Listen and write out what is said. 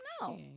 No